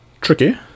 tricky